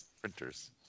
printers